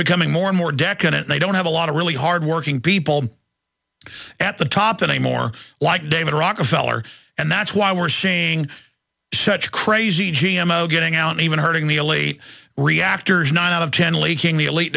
becoming more and more decadent they don't have a lot of really hard working people at the top in a more like david rockefeller and that's why we're seeing such a crazy g m o getting out even hurting the elite reactors nine out of ten leaking the elite